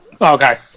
Okay